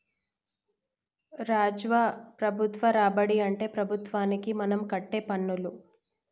రాజవ్వ ప్రభుత్వ రాబడి అంటే ప్రభుత్వానికి మనం కట్టే పన్నులు